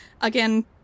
again